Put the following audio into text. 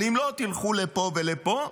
אבל אם לא תלכו לפה ולפה,